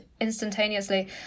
instantaneously